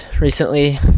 recently